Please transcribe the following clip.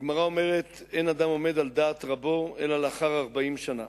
הגמרא אומרת שאין אדם עומד על דעת רבו אלא לאחר ארבעים שנה.